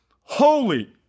holy